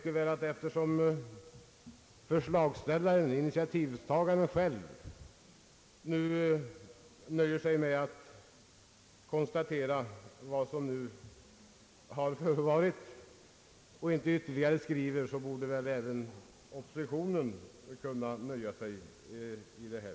Eftersom initiativtagaren nu själv nöjer sig med vad som förevarit, borde väl även oppositionen vara nöjd.